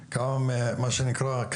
המנכ"לית.